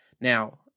Now